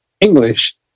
English